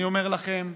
אני אומר לכם: